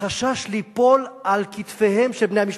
וחשש ליפול על כתפיהם של בני-המשפחה,